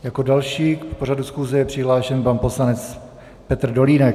Jako další v pořadu schůze je přihlášen poslanec Petr Dolínek.